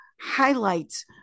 highlights